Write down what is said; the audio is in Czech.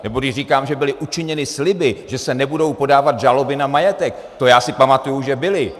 Nebo když říkám, že byly učiněny sliby, že se nebudou podávat žaloby na majetek, to já si pamatuji, že byly.